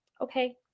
okay